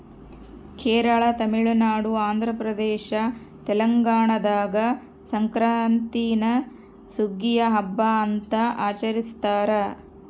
ಕೇರಳ ತಮಿಳುನಾಡು ಆಂಧ್ರಪ್ರದೇಶ ತೆಲಂಗಾಣದಾಗ ಸಂಕ್ರಾಂತೀನ ಸುಗ್ಗಿಯ ಹಬ್ಬ ಅಂತ ಆಚರಿಸ್ತಾರ